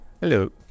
Hello